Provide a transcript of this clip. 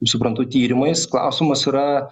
suprantu tyrimais klausimas yra